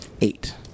Eight